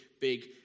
big